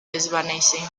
desvanece